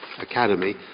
Academy